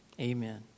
Amen